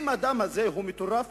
אם האדם הזה מטורף,